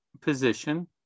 position